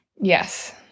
Yes